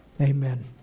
Amen